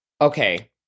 Okay